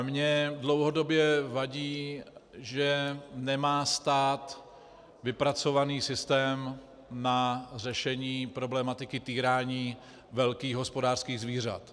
Mně dlouhodobě vadí, že nemá stát vypracovaný systém na řešení problematiky týrání velkých hospodářských zvířat.